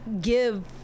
give